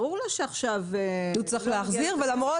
ברור לו שזה --- הוא צריך להחזיר ולמרות